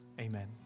Amen